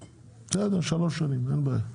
בסדר, שלוש שנים, אין בעיה.